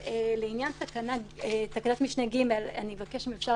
לעניין תקנת משנה (ג) אני אבקש אם אפשר